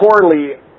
poorly